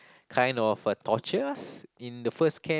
kind of uh torture us in the first camp